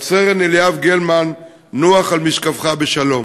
רב-סרן אליאב גלמן, נוח על משכבך בשלום.